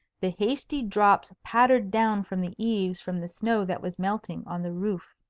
the hasty drops pattered down from the eaves from the snow that was melting on the roof.